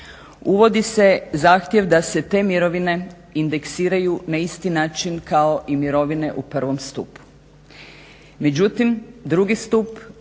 Uvodi se zahtjev da se te mirovine indeksiraju na isti način kao i mirovine u prvom stupu.